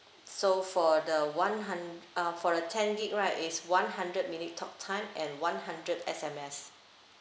so for the one hun~ uh for the ten gig right is one hundred minute talk time and one hundred S_M_S